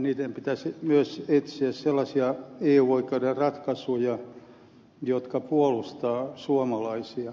heidän pitäisi myös etsiä sellaisia eu oikeuden ratkaisuja jotka puolustavat suomalaisia